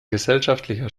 gesellschaftlicher